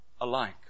Alike